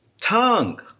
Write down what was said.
tongue